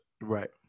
Right